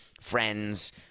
friends